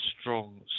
strong